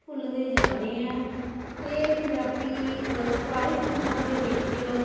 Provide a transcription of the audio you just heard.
ਭੁੱਲਦੇ ਜਾ ਰਹੇ ਹੈ ਅਤੇ ਇਹ ਪੰਜਾਬੀ ਸਰਕਾਰੀ ਸਕੂਲਾਂ ਦੇ ਵਿੱਚ